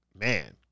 man